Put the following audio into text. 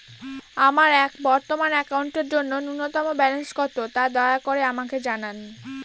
আমার বর্তমান অ্যাকাউন্টের জন্য ন্যূনতম ব্যালেন্স কত, তা দয়া করে আমাকে জানান